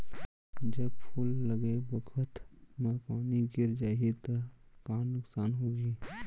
जब फूल लगे बखत म पानी गिर जाही त का नुकसान होगी?